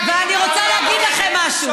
ואני רוצה להגיד לכם משהו.